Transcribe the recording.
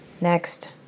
Next